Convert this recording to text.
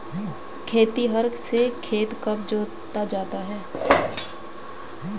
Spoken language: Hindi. खेतिहर से खेत कब जोता जाता है?